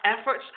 efforts